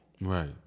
Right